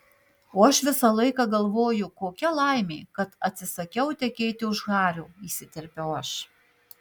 o aš visą laiką galvoju kokia laimė kad atsisakiau tekėti už hario įsiterpiau aš